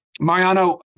Mariano